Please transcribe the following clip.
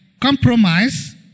compromise